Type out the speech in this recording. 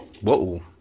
Whoa